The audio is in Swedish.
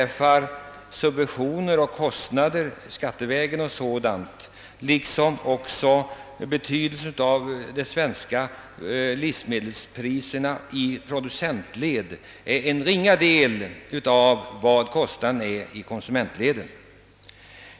För Sverige — jag skall inte räkna upp alla de länder jag har i denna statistik är summan 33 kronor.